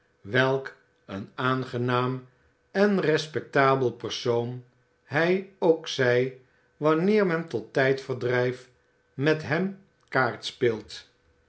welk een aangenaam en respectabel persoon hij ook zij wanneer men tot tijdverdrijf met hem kaart speelt